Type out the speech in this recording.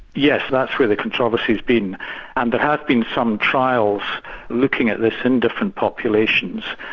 yes, that's where the controversy has been and there have been some trials looking at this in different populations.